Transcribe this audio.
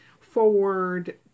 forward